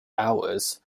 hours